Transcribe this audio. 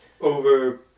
over